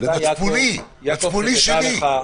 למצפוני שלי.